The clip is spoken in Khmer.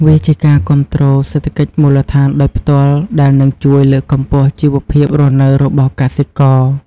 វាជាការគាំទ្រសេដ្ឋកិច្ចមូលដ្ឋានដោយផ្ទាល់ដែលនឹងជួយលើកកម្ពស់ជីវភាពរស់នៅរបស់កសិករ។